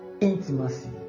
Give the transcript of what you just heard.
intimacy